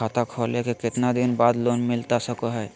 खाता खोले के कितना दिन बाद लोन मिलता सको है?